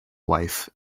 wife